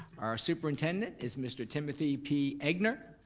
our superintendent is mr. timothy p. egnor.